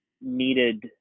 needed